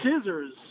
scissors